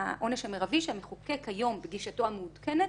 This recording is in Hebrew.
העונש המרבי שהמחוקק היום בגישתו המעודכנת